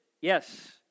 Yes